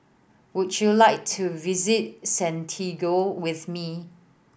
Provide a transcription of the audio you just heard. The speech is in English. would you like to visit Santiago with me